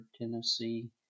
Tennessee